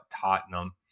Tottenham